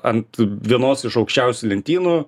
ant vienos iš aukščiausių lentynų